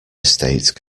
estate